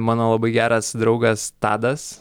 mano labai geras draugas tadas